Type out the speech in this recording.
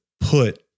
put